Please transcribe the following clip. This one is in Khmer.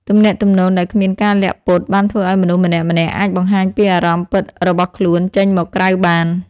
ទំនាក់ទំនងដែលគ្មានការលាក់ពុត បានធ្វើឱ្យមនុស្សម្នាក់ៗអាចបង្ហាញពីអារម្មណ៍ពិតរបស់ខ្លួនចេញមកក្រៅបាន។